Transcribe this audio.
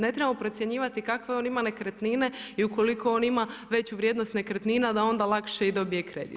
Ne trebamo procjenjivati kakve on ima nekretnine i ukoliko on ima veću vrijednost nekretnina da onda lakše i dobije kredit.